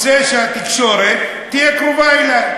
רוצה שהתקשורת תהיה קרובה אלי,